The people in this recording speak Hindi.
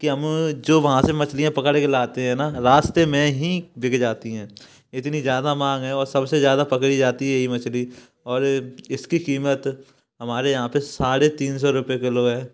की हम जो वहाँ से मछलियाँ पकड़ के लाते हैं ना रास्ते में ही बिक जाती हैं इतनी ज्यादा मांग है और सबसे ज्यादा पकड़ी जाती है यही मछली और इसकी कीमत हमारे यहाँ पे साढ़े तीन सौ रुपए किलो है